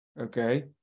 Okay